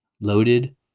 loaded